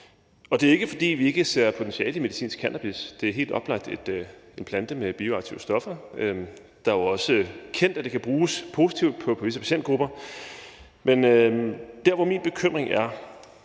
Det er ikke, fordi vi ikke ser et potentiale i medicinsk cannabis; det er helt oplagt en plante med bioaktive stoffer, og det er jo også kendt, at det kan bruges med positiv effekt på visse patientgrupper. Men min bekymring er,